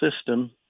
system